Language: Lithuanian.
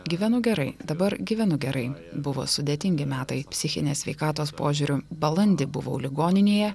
gyvenu gerai dabar gyvenu gerai buvo sudėtingi metai psichinės sveikatos požiūriu balandį buvau ligoninėje